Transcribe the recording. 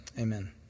Amen